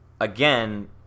again